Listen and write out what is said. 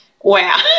wow